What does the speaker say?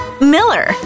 Miller